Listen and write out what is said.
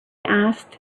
asked